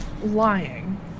lying